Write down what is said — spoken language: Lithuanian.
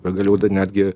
pagaliau netgi